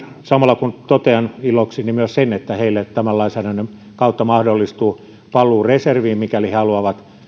samalla kun totean ilokseni myös sen että heille tämän lainsäädännön kautta mahdollistuu paluu reserviin mikäli he haluavat